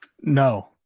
No